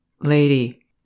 lady